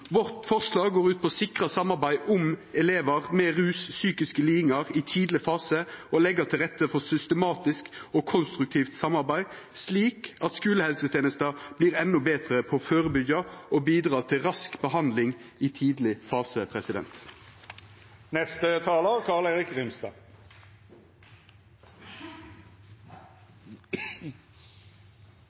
Vårt forslag går ut på å sikra samarbeid om elevar med rus og psykiske lidingar i tidleg fase og leggja til rette for systematisk og konstruktivt samarbeid, slik at skulehelsetenesta vert endå betre på å førebyggja og bidra til rask behandling i tidleg fase.